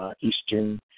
Eastern